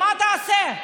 מה תעשה?